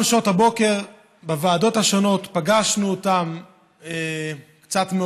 כל שעות הבוקר פגשנו אותם בוועדות השונות.